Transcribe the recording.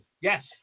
Yes